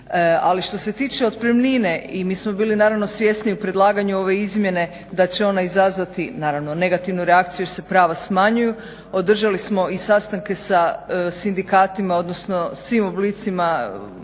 Ali što se tiče otpremnine i mi smo bili naravno svjesni u predlaganju ove izmjene da će ona izazvati, naravno negativnu reakciju jer se prava smanjuju, održali smo i sastanke s sindikatima, odnosno svim oblicima